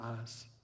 eyes